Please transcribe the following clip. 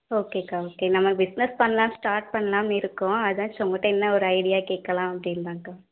okay அக்கா okay நம்ம business பண்ணலாம் ஸ்டார்ட் பண்ணலாம் இருக்கோம் அதான் ஸோ உங்கட்ட என்ன ஒரு ஐடியா கேட்கலாம் அப்படின் தான் அக்கா